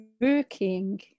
working